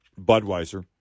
Budweiser